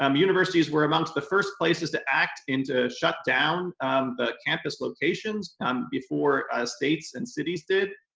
um universities were amongst the first places to act into shutdown the campus locations and before states and cities did.